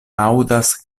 aŭdas